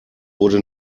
wurde